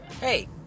hey